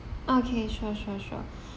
okay sure sure sure